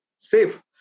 safe